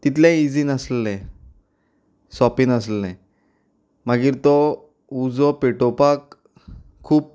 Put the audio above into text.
तितलें इझी नासलें सोंपेंय नासलें मागीर तो उजो पेटोवपाक खूब